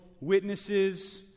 witnesses